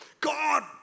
God